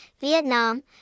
Vietnam